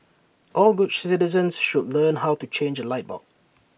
all good citizens should learn how to change A light bulb